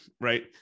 right